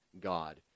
God